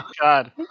God